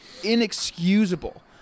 inexcusable